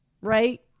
Right